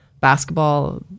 basketball